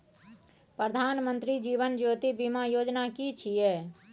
प्रधानमंत्री जीवन ज्योति बीमा योजना कि छिए?